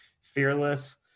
Fearless